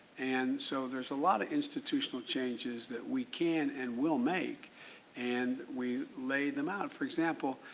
and so there's a lot of institutional changes that we can and will make and we lay them out. for example,